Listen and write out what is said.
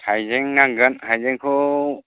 हाइजें नांगोन हाइजेंखौ